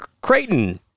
Creighton